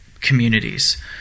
communities